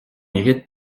mérites